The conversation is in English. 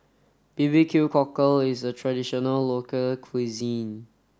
B B Q cockle is a traditional local cuisine